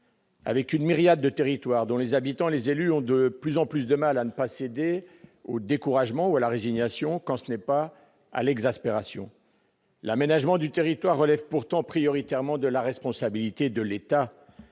avec une myriade de territoires dont les habitants et les élus ont de plus en plus de mal à ne pas céder au découragement ou à la résignation, quand ce n'est pas à l'exaspération. L'aménagement du territoire relève pourtant prioritairement de la responsabilité de l'État,